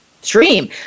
stream